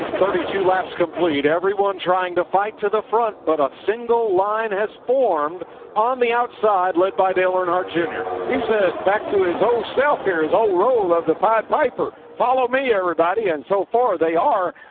laps complete. everyone trying to fight to the front. but a single line has formed on the outside led by dale earnhardt jr. he's ah back to his old self here, his oel role of the pied piper. follow me, everybody. and so far they are.